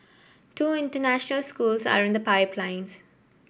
two international schools are in the pipeline